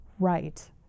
right